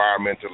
environmentally